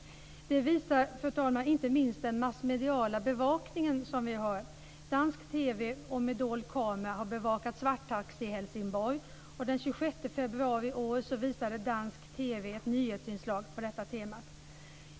Det visar inte minst den massmediala bevakningen. Dansk TV har med dold kamera bevakat svart taxi i Helsingborg. Den 26 februari i år visade dansk TV ett nyhetsinslag på detta tema.